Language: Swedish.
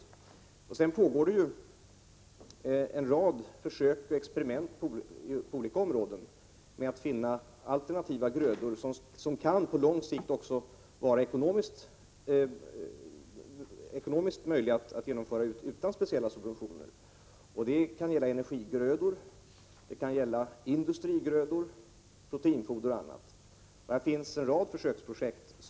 Det pågår också en rad försök och experiment på olika områden med att finna alternativa grödor som på lång sikt kan vara ekonomiskt lönande utan speciella subventioner. Det kan gälla energigrödor, industrigrödor, proteinfoder och annat. Man har satt i gång en rad försöksprojekt.